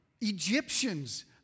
Egyptians